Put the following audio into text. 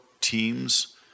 teams